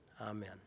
Amen